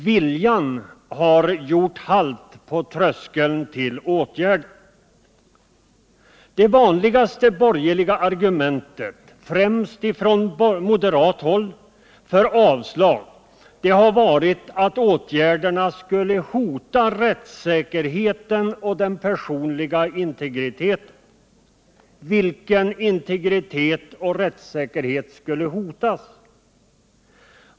Viljan har gjort halt på tröskeln till åtgärder! Det vanligaste borgerliga argumentet — främst från moderat håll — för avslag har varit att åtgärderna skulle hota rättssäkerheten och den personliga integriteten. Vilken integritet och rättssäkerhet skulle hotas?